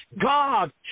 God